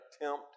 attempt